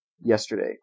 yesterday